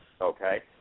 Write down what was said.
Okay